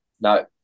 No